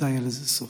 מתי יהיה לזה סוף?